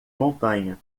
montanha